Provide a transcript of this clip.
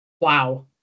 wow